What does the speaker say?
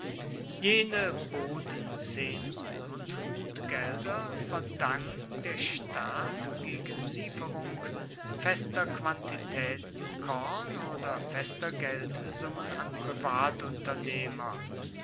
jene bodenzehnten und hutgelder verdang der staat gegen lieferung fester quantitäten korn oder fester geldsummen an privatunternehmer